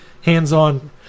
hands-on